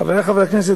חברי חברי הכנסת,